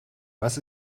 was